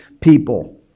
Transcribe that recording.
people